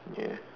ya